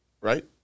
right